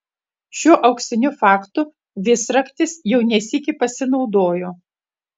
šiuo auksiniu faktu visraktis jau ne sykį pasinaudojo